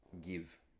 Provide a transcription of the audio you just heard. give